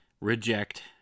Reject